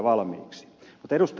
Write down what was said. mutta ed